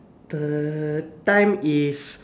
the time is